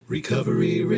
Recovery